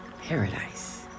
paradise